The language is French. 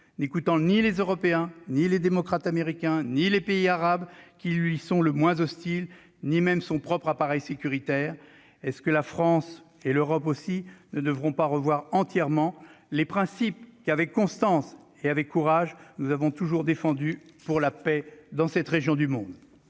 n'écoutant ni les Européens, ni les démocrates américains, ni les pays arabes qui lui sont le moins hostiles, ni même son propre appareil sécuritaire, la France et l'Europe ne devront-elles pas revoir entièrement les principes qu'avec constance et courage elles ont toujours défendus pour la paix dans cette région du monde ?